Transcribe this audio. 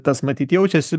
tas matyt jaučiasi